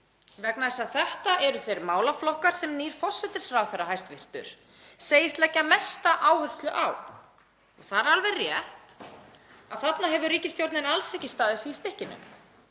vegna þess að þetta eru þeir málaflokkar sem nýr hæstv. forsætisráðherra segist leggja mesta áherslu á. Það er alveg rétt að þarna hefur ríkisstjórnin alls ekki staðið sig í stykkinu.